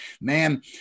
man